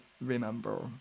remember